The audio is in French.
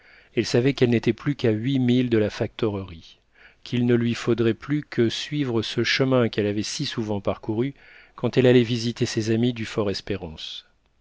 elle savait qu'elle n'était plus qu'à huit milles de la factorerie qu'il ne lui faudrait plus que suivre ce chemin qu'elle avait si souvent parcouru quand elle allait visiter ses amis du